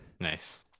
nice